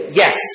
yes